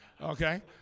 okay